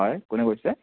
হয় কোনে কৈছে